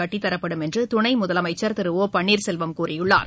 கட்டித்தரப்படும் என்று துணை முதலமைச்சர் திரு ஓ பன்னீர்செல்வம் கூறியுள்ளார்